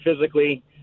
physically